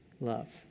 Love